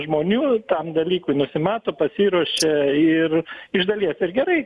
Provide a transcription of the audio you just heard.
žmonių tam dalykui nusimato pasiruošia ir iš dalies ir gerai